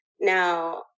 Now